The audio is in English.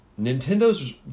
Nintendo's